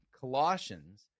Colossians